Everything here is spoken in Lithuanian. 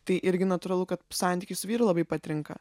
tai irgi natūralu kad santykiai su vyru labai patrinka